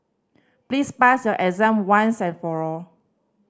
please pass your exam once and for all